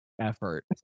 effort